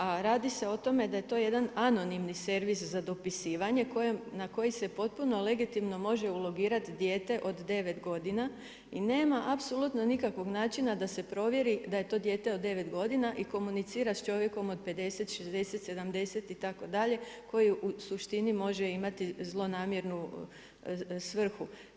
A radi se o tome da je to jedan anonimni servis za dopisivanje, na koji se potpuno legitimno može ulogirati dijete od 9 godina i nema apsolutno nikakvog načina da se provjeri da je to dijete od 9 godina i komunicira sa čovjekom od 50, 60,70 itd. koji u suštini može imati zlonamjernu svrhu.